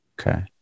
Okay